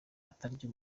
atarya